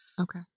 okay